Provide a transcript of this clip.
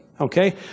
Okay